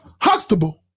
Huxtable